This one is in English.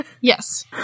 yes